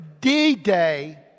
D-Day